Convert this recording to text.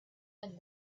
and